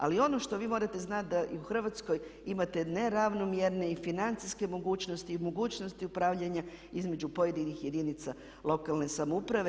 Ali ono što vi morate znati da i u Hrvatskoj imate neravnomjerne i financijske mogućnosti i mogućnosti upravljanja između pojedinih jedinica lokalne samouprave.